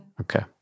Okay